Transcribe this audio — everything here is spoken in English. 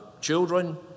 children